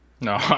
No